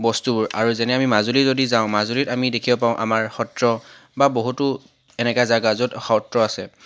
বস্তুবোৰ আৰু যেনে আমি মাজুলী যদি যাওঁ মাজুলীত আমি দেখিব পাওঁ আমাৰ সত্ৰ বা বহুতো এনেকুৱা জাগা য'ত সত্ৰ আছে